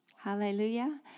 Hallelujah